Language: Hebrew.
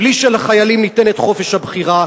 בלי שלחיילים ניתן חופש הבחירה,